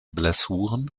blessuren